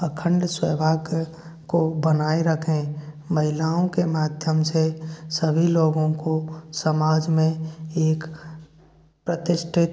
अखंड सौभाग्य को बनाए रखें महिलाओं के माध्यम से सभी लोगों को समाज में एक प्रतिष्ठित